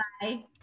Bye